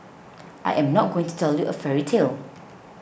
I am not going to tell you a fairy tale